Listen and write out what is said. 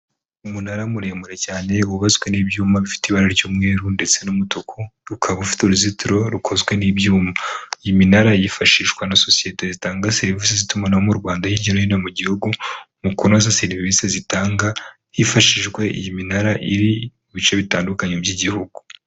Umunara muremure cyane wubatswe n'ibyuma bifite ibara ry'umweru ndetse n'umutuku, ukaba ufite uruzitiro rukozwe n'ibyuma, iyi minara yifashishwa na sosiyete zitanga serivisi z'itumanaho mu Rwanda hirya no hino mu gihugu, mu kunoza serivisi zitanga hifashishijwe iyi minara, iri mu bice bitandukanye by'igihugu.